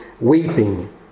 weeping